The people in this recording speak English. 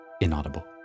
inaudible